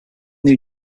new